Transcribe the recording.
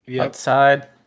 outside